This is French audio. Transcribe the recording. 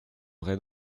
vrai